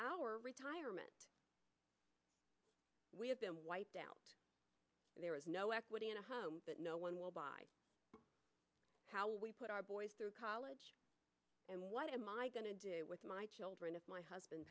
our retirement we have been doubt there is no equity in a home but no one will buy how we put our boys through college and what am i going to do with my children if my husband